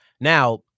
Now